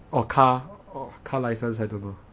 or car car licence I don't know